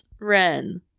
Ren